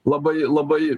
labai labai